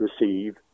receive